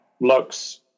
looks